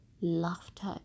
laughter